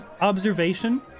observation